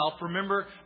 remember